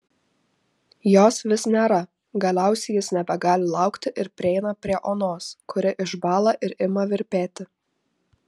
jos vis nėra galiausiai jis nebegali laukti ir prieina prie onos kuri išbąla ir ima virpėti